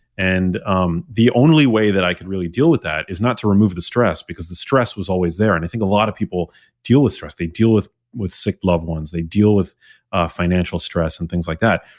and um the only way that i could really deal with that is not to remove the stress, because the stress was always there. and i think a lot of people deal with stress, they deal with with sick loved ones, they deal with financial stress and things like that.